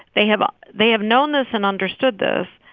they have they have known this and understood this,